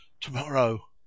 Tomorrow